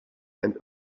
and